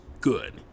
good